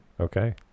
Okay